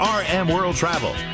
rmworldtravel